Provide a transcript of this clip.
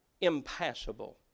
impassable